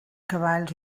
cavalls